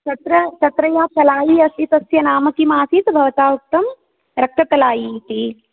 तत्र तत्र या तलायि आसीत् तस्य नाम किं आसीत् भवता उक्तं रक्ततलायि इति